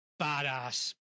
badass